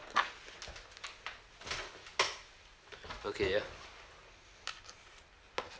okay ya